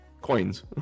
coins